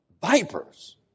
vipers